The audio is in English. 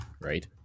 right